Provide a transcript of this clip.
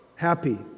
happy